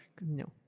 No